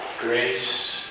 grace